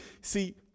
see